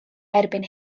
erbyn